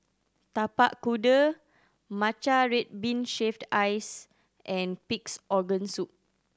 Tapak Kuda matcha red bean shaved ice and Pig's Organ Soup